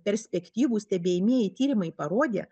perspektyvūs stebimieji tyrimai parodė